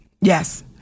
Yes